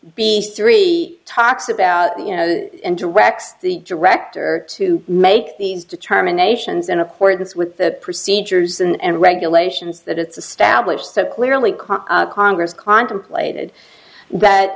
b three talks about you know and directs the director to make these determinations in accordance with the procedures and regulations that it's established so clearly come congress contemplated that